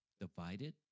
Divided